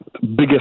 biggest